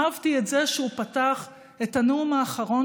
אהבתי את זה שהוא פתח את הנאום האחרון